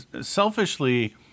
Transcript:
selfishly